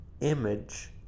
image